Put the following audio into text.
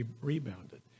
rebounded